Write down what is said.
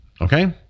okay